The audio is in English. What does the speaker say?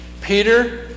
Peter